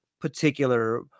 particular